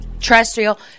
terrestrial